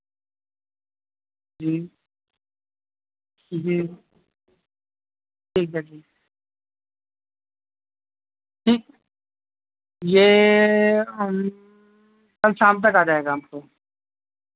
جی جی ٹھیک ہے جی ٹھیک یہ ہم کل شام تک آ جائے گا آپ کو